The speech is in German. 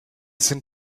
sind